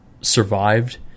survived